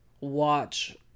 watch